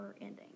ending